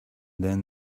then